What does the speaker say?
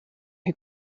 who